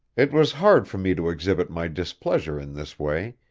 it was hard for me to exhibit my displeasure in this way,